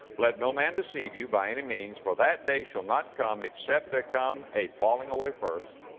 let no man deceive you by any means for that day shall not come, except there come a falling away first.